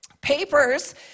papers